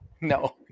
no